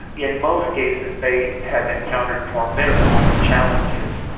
in most cases they have encountered formidable challenges,